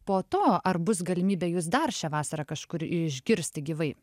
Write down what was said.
po to ar bus galimybė jus dar šią vasarą kažkur išgirsti gyvai